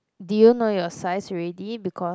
did you know your size already because I